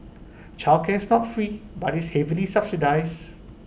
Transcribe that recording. childcare is not free but is heavily subsidised